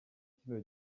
kino